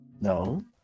no